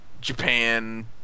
Japan